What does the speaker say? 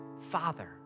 Father